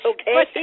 Okay